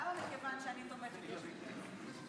למה מכיוון שאני תומכת יש מתנגדים?